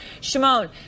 Shimon